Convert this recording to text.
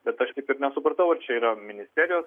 bet aš taip ir nesupratau ar čia yra ministerijos